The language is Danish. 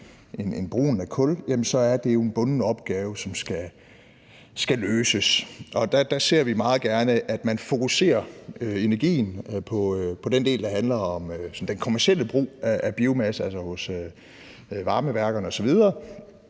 end brugen af kul, er det jo en bunden opgave, som skal løses. Der ser vi meget gerne, at man fokuserer energien på den del, der handler om den kommercielle brug af biomasse, altså hos varmeværkerne osv.,